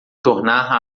tornar